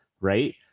right